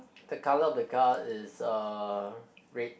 the colour of the car is uh red